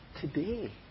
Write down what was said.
today